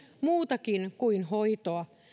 muutakin kuin hoitoa